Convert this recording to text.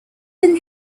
than